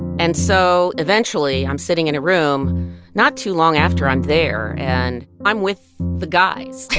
and so eventually, i'm sitting in a room not too long after i'm there and i'm with the guys.